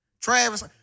Travis